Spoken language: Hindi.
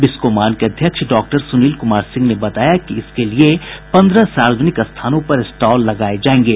बिस्कोमान के अध्यक्ष डॉक्टर सुनील कुमार सिंह ने बताया कि इसके लिए पन्द्रह सार्वजनिक स्थानों पर स्टॉल लगाये जायेंगे